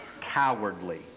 cowardly